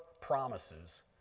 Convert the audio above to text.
promises